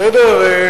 בסדר?